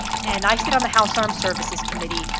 and i sit on the house armed services committee,